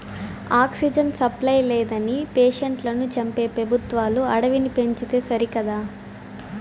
oxygen supply లేదని పేషెంట్లను చంపే పెబుత్వాలు అడవిని పెంచితే సరికదా